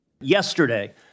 Yesterday